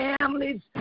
families